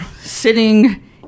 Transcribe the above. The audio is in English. sitting